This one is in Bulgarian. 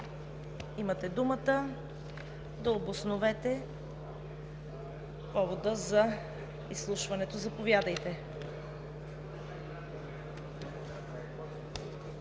имате думата да обосновете повода за изслушването. Заповядайте,